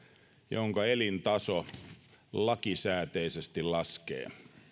jonka elintaso lakisääteisesti laskee